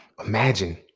Imagine